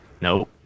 Nope